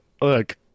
look